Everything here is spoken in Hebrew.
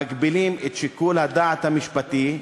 מגבילים את שיקול הדעת המשפטי.